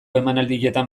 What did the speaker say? emanaldietan